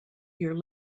your